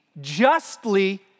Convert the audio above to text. justly